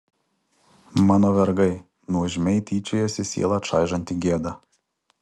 mano vergai nuožmiai tyčiojasi sielą čaižanti gėda